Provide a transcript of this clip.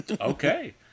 Okay